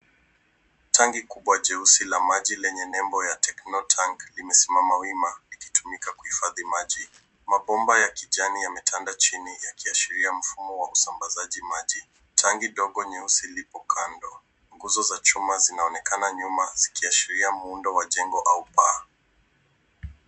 Tangi kubwa jeusi la maji lenye nembo ya Techno tank imesimama wima ikitumika kuhifadhi maji. Mabomba ya kijani yametanda chini yakiashiria mfumo wa usambazaji maji. Tangi dogo nyeusi lipo kando. Nguzo za chuma zinaonekana nyuma zikiashiria muundo wa jengo au paa.